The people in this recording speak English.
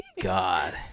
God